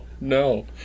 no